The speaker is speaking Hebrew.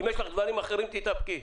אם יש לך דברים אחרים, תתאפקי.